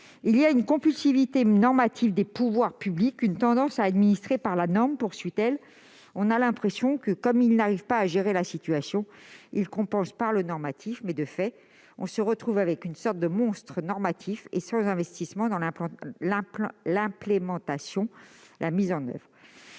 y a « une compulsivité normative des pouvoirs publics, une tendance à administrer par la norme », et elle poursuit, « on a l'impression que comme ils n'arrivent pas à gérer la situation, ils compensent par le normatif. Mais de ce fait, on se retrouve avec une sorte de monstre normatif, et sans investissement dans l'implémentation, la mise en oeuvre